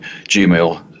Gmail